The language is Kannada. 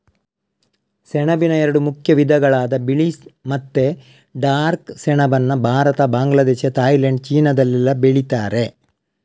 ಸೆಣಬಿನ ಎರಡು ಮುಖ್ಯ ವಿಧಗಳಾದ ಬಿಳಿ ಮತ್ತೆ ಡಾರ್ಕ್ ಸೆಣಬನ್ನ ಭಾರತ, ಬಾಂಗ್ಲಾದೇಶ, ಥೈಲ್ಯಾಂಡ್, ಚೀನಾದಲ್ಲೆಲ್ಲ ಬೆಳೀತಾರೆ